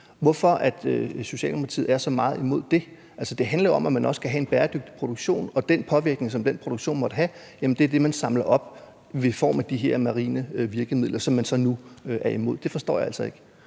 Hvorfor er Socialdemokratiet så meget imod det? Altså, det handler jo om, at man også skal have en bæredygtig produktion, og den påvirkning, som den produktion måtte have, er det, man samler op i form af de her marine virkemidler, som Socialdemokratiet nu er imod. Det forstår jeg altså ikke.